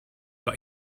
but